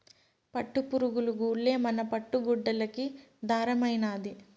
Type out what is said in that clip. పట్టుపురుగులు గూల్లే మన పట్టు గుడ్డలకి దారమైనాది